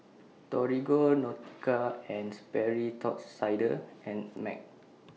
Torigo Nautica and Sperry Top Sider and Mac